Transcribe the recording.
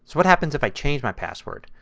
what happens if i change my password?